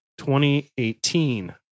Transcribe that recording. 2018